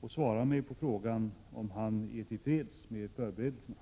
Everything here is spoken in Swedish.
och svara mig på frågan om han är till freds med förberedelserna.